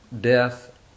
death